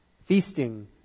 feasting